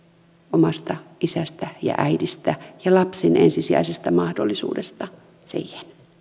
omasta isästä ja äidistä ja lapsen ensisijaisesta mahdollisuudesta siihen